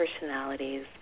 personalities